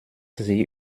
sie